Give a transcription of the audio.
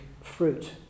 fruit